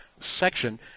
section